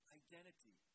identity